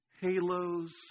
halos